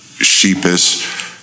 sheepish